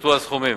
הופחתו הסכומים.